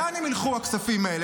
לאן הם ילכו, הכספים האלה?